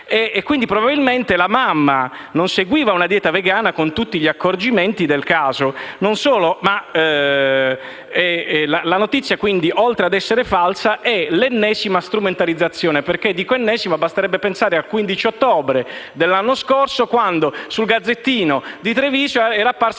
quindi probabilmente la mamma non seguiva una dieta vegana con tutti gli accorgimenti del caso. Non solo, ma questa notizia, oltre a essere falsa, è l'ennesima strumentalizzazione. Infatti, basterebbe pensare al 15 ottobre dell'anno scorso, quando su «Il Gazzettino» di Treviso era apparsa